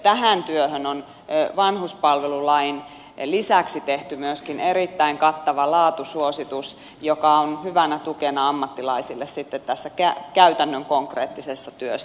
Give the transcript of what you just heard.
tähän työhön on vanhuspalvelulain lisäksi tehty myöskin erittäin kattava laatusuositus joka on hyvänä tukena ammattilaisille tässä käytännön konkreettisessa työssä